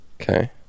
Okay